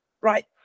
right